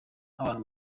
abantu